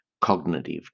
cognitive